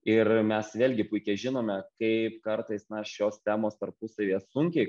ir mes vėlgi puikiai žinome kaip kartais na šios temos tarpusavyje sunkiai